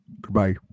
Goodbye